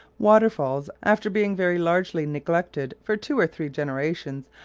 waterfalls, after being very largely neglected for two or three generations,